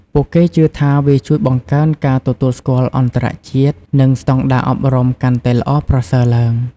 ពួកគេជឿថាវាជួយបង្កើនការទទួលស្គាល់អន្តរជាតិ និងស្តង់ដារអប់រំកាន់តែល្អប្រសើរឡើង។